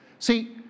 See